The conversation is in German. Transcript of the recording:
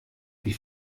wie